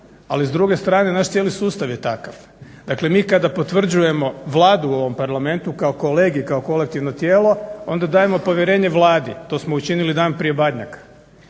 ali s druge strane naš cijeli sustav je takav. Dakle, mi kada potvrđujemo Vladu u ovom Parlamentu kao kolege i kao kolektivno tijelo onda dajemo povjerenje Vladi, to smo učinili dan prije Badnjaka.